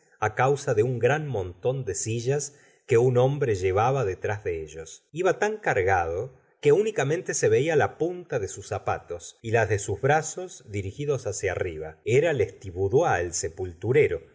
separarse causa de un gran montón de sillas que un hombre llevaba detrás de ellos iba tan cargado que únicamente se veía la punta de sus zapatos y la de sus brazos dirigidos hacia arriba era lestiboudois el sepulturero que